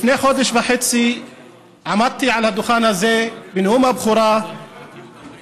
לפני חודש וחצי עמדתי על הדוכן הזה בנאום הבכורה ואמרתי